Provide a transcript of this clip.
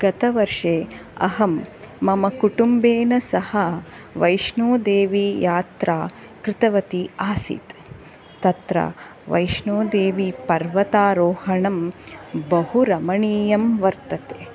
गतवर्षे अहं मम कुटुम्बेन सह वैष्णोदेवी यात्रा कृतवती आसीत् तत्र वैष्णोदेवीपर्वतारोहणं बहु रमणीयं वर्तते